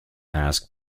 ask